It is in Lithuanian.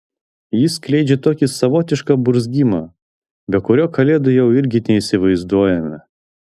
jis skleidžia tokį savotišką burzgimą be kurio kalėdų jau irgi neįsivaizduojame